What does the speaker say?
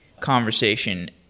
conversation